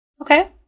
Okay